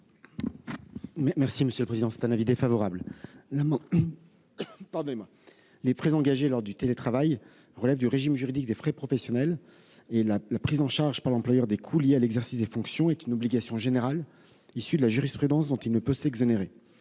du Gouvernement ? Il est défavorable. Les frais engagés lors du télétravail relèvent du régime juridique des frais professionnels et la prise en charge par l'employeur des coûts liés à l'exercice des fonctions est une obligation générale issue de la jurisprudence, dont il ne peut s'exonérer.